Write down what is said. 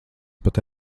pat